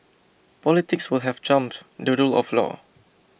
politics will have trumped the rule of law